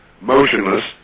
motionless